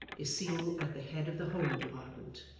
is seen at the head of the home-department